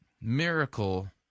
miracle